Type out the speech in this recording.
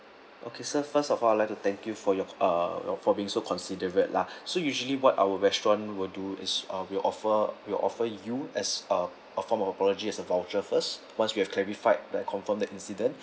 okay sir first of all I would like to thank you for your uh for being so considerate lah so usually what our restaurant will do is uh we will offer we will offer you as uh a form of apologies as a voucher first once we have clarified then confirm the incident